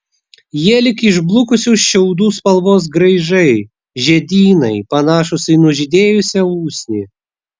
jie lyg išblukusių šiaudų spalvos graižai žiedynai panašūs į nužydėjusią usnį